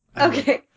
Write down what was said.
okay